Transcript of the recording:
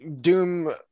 doom